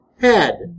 head